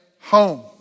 home